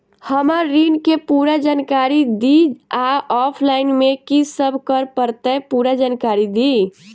हम्मर ऋण केँ पूरा जानकारी दिय आ ऑफलाइन मे की सब करऽ पड़तै पूरा जानकारी दिय?